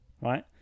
right